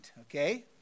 Okay